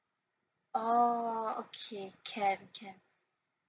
oh okay can can